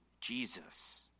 Jesus